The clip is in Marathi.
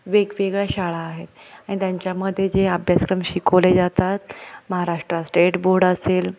वेगवेगळ्या शाळा आहेत आणि त्यांच्यामध्ये जे अभ्यासक्रम शिकवले जातात महाराष्ट्र स्टेट बोर्ड असेल